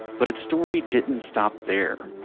but its story didn't stop there.